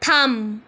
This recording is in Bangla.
থাম